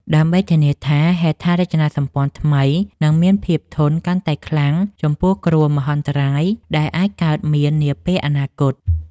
ដើម្បីធានាថាហេដ្ឋារចនាសម្ព័ន្ធថ្មីនឹងមានភាពធន់កាន់តែខ្លាំងចំពោះគ្រោះមហន្តរាយដែលអាចកើតមាននាពេលអនាគត។